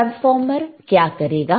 transformer क्या करेगा